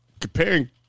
Comparing